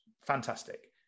fantastic